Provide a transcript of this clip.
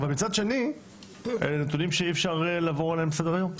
מצד שני אלו נתונים שאי אפשר לעבור עליהם לסדר היום,